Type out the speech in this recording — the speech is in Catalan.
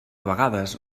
vegades